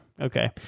Okay